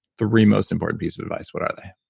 three most important pieces of advice. what are they?